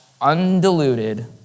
undiluted